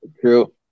True